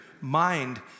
mind